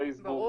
פייסבוק,